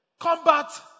Combat